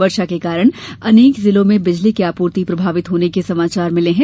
वर्षा के कारण अनेक जिलों में बिजली की आपूर्ति प्रभावित होने के समाचार मिले हैं